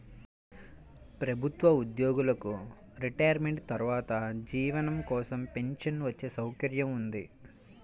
ప్రభుత్వ ఉద్యోగులకు రిటైర్మెంట్ తర్వాత జీవనం కోసం పెన్షన్ వచ్చే సౌకర్యం ఉంది